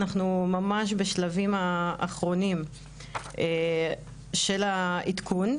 אנחנו ממש בשלבים האחרונים של החוזר.